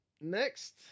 next